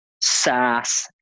SaaS